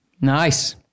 Nice